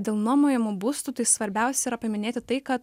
dėl nuomojamų būstų tai svarbiausia yra paminėti tai kad